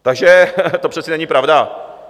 Takže to přece není pravda!